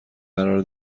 قرار